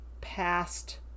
past